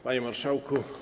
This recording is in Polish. Panie Marszałku!